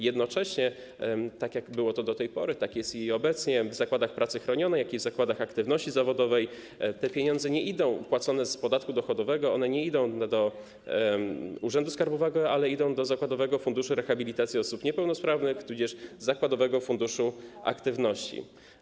Jednocześnie, tak jak było do tej pory i tak jak jest obecnie zarówno w zakładach pracy chronionej, jak i w zakładach aktywności zawodowej, te pieniądze płacone z podatku dochodowego nie idą do urzędu skarbowego, ale do zakładowego funduszu rehabilitacji osób niepełnosprawnych lub zakładowego funduszu aktywności.